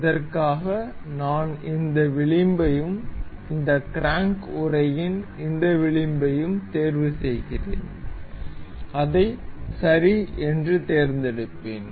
இதற்காக நான் இந்த விளிம்பையும் இந்த க்ராங்க் உறையின் இந்த விளிம்பையும் தேர்வு செய்கிறேன் அதை சரி என்று தேர்ந்தெடுப்பேன்